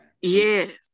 yes